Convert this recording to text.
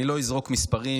אני לא אזרוק מספרים,